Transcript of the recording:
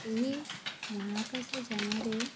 ଏହି ମହାକାଶ ଯାନରେ